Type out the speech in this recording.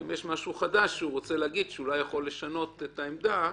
שהוא רוצה להגיד שאולי יכול לשנות את העמדה,